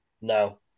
No